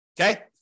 Okay